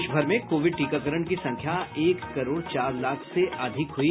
देशभर में कोविड टीकाकरण की संख्या एक करोड़ चार लाख से अधिक हुई